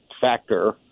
factor